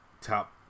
top